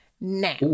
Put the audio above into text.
Now